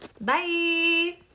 Bye